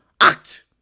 act